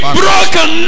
broken